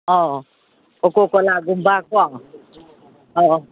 ꯑꯧ ꯑꯧ ꯑꯧ ꯀꯣꯀꯣ ꯀꯣꯂꯥꯒꯨꯝꯕꯀꯣ ꯑꯧ ꯑꯧ